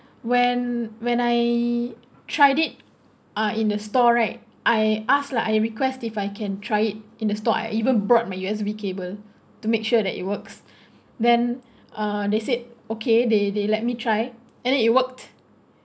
when when I tried it uh in the store right I ask lah I request if I can try it in the store I even brought my U_S_B cable to make sure that it works then uh they said okay they they let me try and then it worked